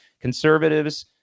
conservatives